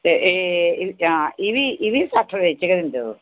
ते एह् हां एह् बी सट्ठ रपेंऽ च गै दिंदे तुस